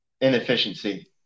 inefficiency